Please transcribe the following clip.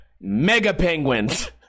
mega-penguins